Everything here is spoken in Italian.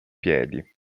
piedi